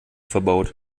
verbaut